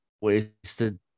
Wasted